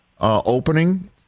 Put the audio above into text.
opening